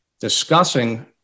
discussing